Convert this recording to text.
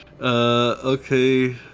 okay